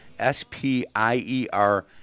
s-p-i-e-r